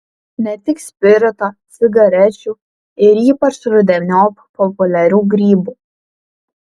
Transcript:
ne tik spirito cigarečių ir ypač rudeniop populiarių grybų